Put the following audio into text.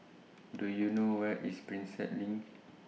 Do YOU know Where IS Prinsep LINK